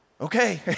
Okay